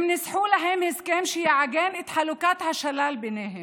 הם ניסחו לעצמם הסכם שיעגן את חלוקת השלל ביניהם.